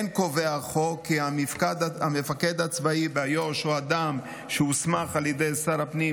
כן קובע החוק כי המפקד הצבאי באיו"ש או אדם שהוסמך על ידי שר הפנים